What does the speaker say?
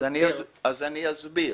אני אסביר.